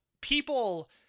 People